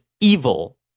evil